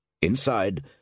Inside